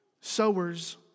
Sowers